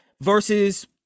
versus